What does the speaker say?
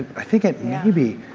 i think it maybe,